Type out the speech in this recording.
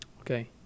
okay